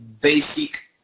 basic